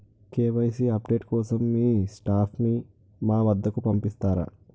KYC update కోసం మీ staff ని మా వద్దకు పంపిస్తారా?